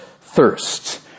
thirst